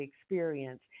experience